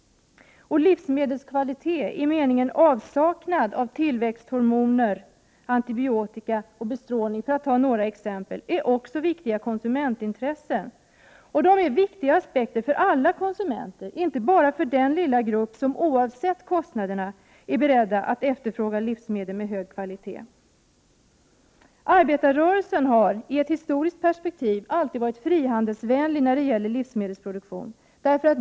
Livsmedelskvalitet i form av avsaknad av tillväxthormoner, antibiotika och bestrålning, för att ta några exempel, är också ett väsentligt konsumentintresse. Detta är viktiga aspekter för alla konsumenter, inte bara för den lilla grupp som oavsett kostnaderna är beredd att efterfråga livsmedel med hög kvalitet. Arbetarrörelsen har, sett ur ett historiskt perspektiv, alltid varit frihandelsvänlig när det gäller livsmedelsproduktion.